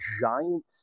giant